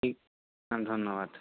হ্যাঁ ধন্যবাদ